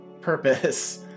purpose